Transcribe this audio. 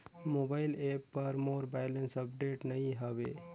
mobile app पर मोर balance update नई हवे